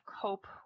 cope